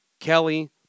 Kelly